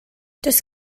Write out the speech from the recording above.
does